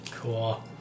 cool